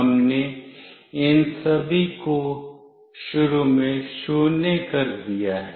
हमने इन सभी को शुरू में 0 कर दिया है